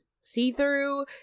see-through